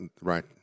right